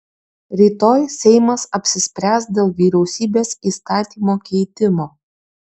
rytoj seimas apsispręs dėl vyriausybės įstatymo keitimo